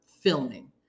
filming